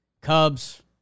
Cubs